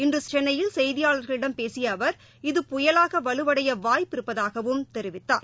இன்றுசென்னையில் செய்தியாளர்களிடம் பேசியஅவர் இத புயலாகவலுவடையவாய்ப்பிருப்பதாகவும் தெரிவித்தார்